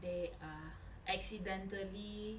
they uh accidentally